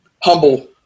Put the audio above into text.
Humble